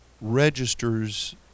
registers